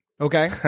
Okay